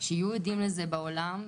שיהיו הדים לזה בעולם.